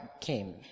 came